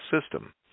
system